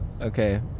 Okay